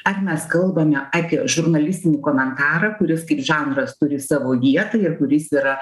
ar mes kalbame apie žurnalistinį komentarą kuris kaip žanras turi savo vietą ir kuris yra